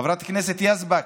חברת הכנסת יזבק,